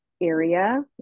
area